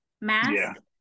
mask